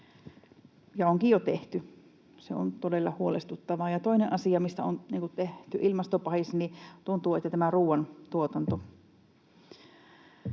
ja on jo tehtykin. Se on todella huolestuttavaa. Ja toinen asia, mistä on tehty ilmastopahis, tuntuu olevan ruoantuotanto.